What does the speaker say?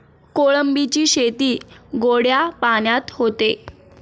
कोळंबीची शेती गोड्या पाण्यात होते